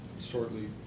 shortly